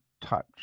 touch